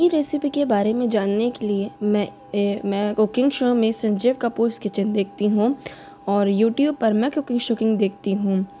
यह रेसपी के बारे में जानने के लिए मैं कुकिंग शो में संजय कपूर किचंस देखती हूँ और यूट्यूब पर मैं कुकिंग शुकिंग देखती हूँ